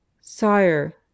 Sire